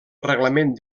reglament